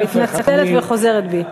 אני מתנצלת וחוזרת בי.